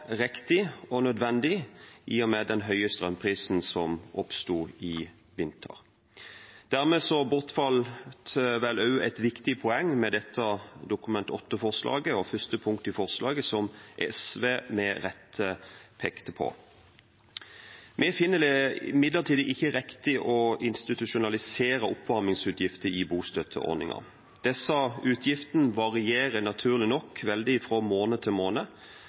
riktig og nødvendig i og med den høye strømprisen som oppsto i vinter. Dermed bortfalt også et viktig poeng med dette Dokument 8-forslaget og første punkt i forslaget, som SV med rette pekte på. Vi finner det imidlertid ikke riktig å institusjonalisere oppvarmingsutgifter i bostøtteordningen. Disse utgiftene varierer naturlig nok veldig fra måned til måned,